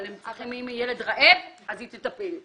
אבל צריך שאם ילד רעב היא תטפל.